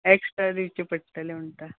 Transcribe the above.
extra दिवचे पडटले म्हणटा